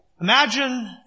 imagine